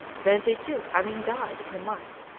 twenty-two having died in a month.